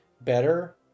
better